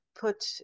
put